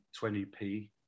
20p